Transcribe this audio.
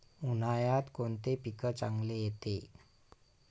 उन्हाळ्यात कोणते पीक चांगले येते?